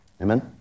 Amen